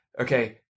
okay